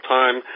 time